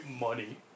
Money